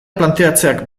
planteatzeak